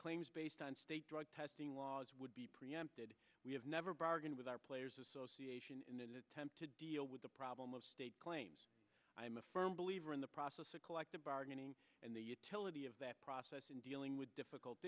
claims based on state drug testing laws would be preempted we have never bargained with our players association in an attempt to deal with the problem of state claims i am a firm believer in the process of collective bargaining and the utility of that process in dealing with difficult